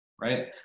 right